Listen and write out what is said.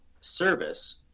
service